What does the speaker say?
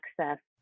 access